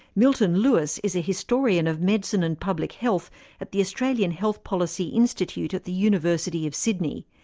milton lewis is a historian of medicine and public health at the australian health policy institute at the university of sydney.